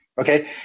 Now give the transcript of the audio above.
Okay